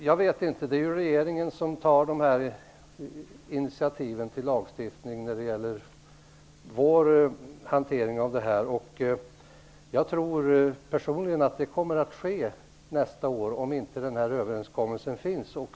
Det är regeringen som tar initiativ till lagstiftning när det gäller vår hantering av detta, och jag tror personligen att det kommer att ske nästa år om inte den här överenskommelsen finns.